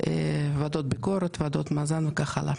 ועדות ביקורת, ועדות מאזן וכך הלאה.